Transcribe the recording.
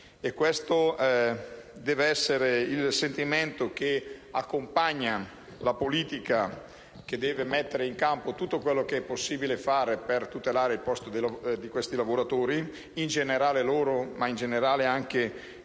Questo deve essere il sentimento che accompagna la politica, che deve mettere in campo tutto quello che è possibile fare per tutelare il posto di questi lavoratori, ma in generale anche di chi